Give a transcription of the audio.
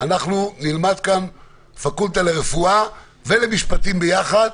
אנחנו נלמד כאן פקולטה לרפואה ולמשפטים ביחד.